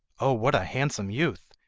oh, what a handsome youth!